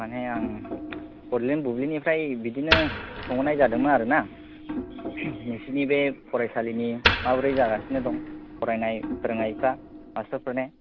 माने आं बड'लेण्ड बुब्लिनिफ्राय बिदिनो सोंहरनाय जादोंमोन आरो ना नोंसोरनि बे फरायसालिनि माबोरै जागासिनो दं फरायनाय फोरोंनायफ्रा मासथारफोरना